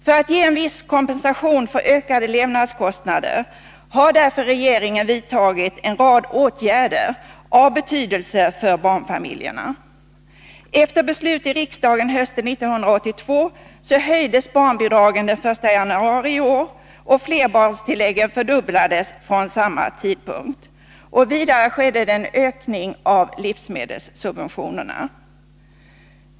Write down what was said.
För att ge viss kompensation för ökade levnadskostnader har därför regeringen vidtagit en rad åtgärder av betydelse för barnfamiljerna. Efter beslut i riksdagen hösten 1982 höjdes barnbidragen den 1 januari i år, och flerbarnstilläggen fördubblades från samma tidpunkt. Vidare skedde en ökning av livsmedelssubventionerna.